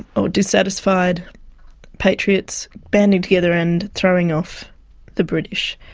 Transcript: or dissatisfied patriots banding together and throwing off the british.